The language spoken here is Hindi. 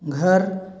घर